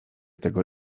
tego